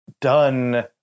done